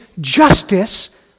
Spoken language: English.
justice